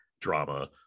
drama